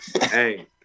Hey